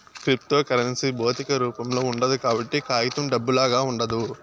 cryptocurrency భౌతిక రూపంలో ఉండదు కాబట్టి కాగితం డబ్బులాగా ఉండదు